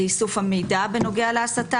זה איסוף המידע בנוגע להסתה,